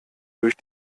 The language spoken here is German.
durch